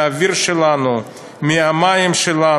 כשבאוניברסיטת תל-אביב עשו ערב הוקרה למחמוד דרוויש,